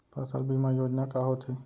फसल बीमा योजना का होथे?